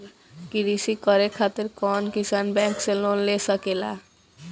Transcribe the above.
कृषी करे खातिर कउन किसान बैंक से लोन ले सकेला?